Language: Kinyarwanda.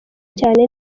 cyane